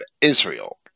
Israel